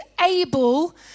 able